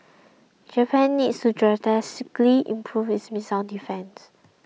Japan needs to drastically improve its missile defence